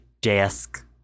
Desk